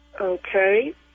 Okay